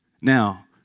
now